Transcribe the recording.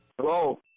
Hello